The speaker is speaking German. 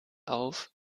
auf